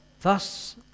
Thus